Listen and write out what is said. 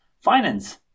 finance